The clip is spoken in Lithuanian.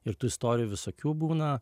ir tų istorijų visokių būna